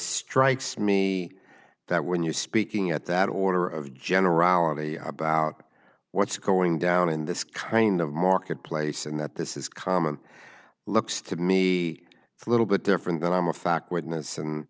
strikes me that when you speaking at that order of generality about what's going down in this kind of market place and that this is common looks to me a little bit different than i'm a fact witness and